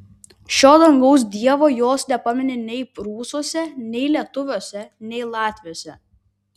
šio dangaus dievo jos nepamini nei prūsuose nei lietuviuose nei latviuose